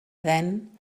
then